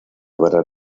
varar